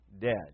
dead